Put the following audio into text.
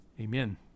Amen